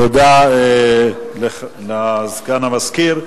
תודה לסגן המזכיר.